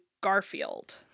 Garfield